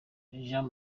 jean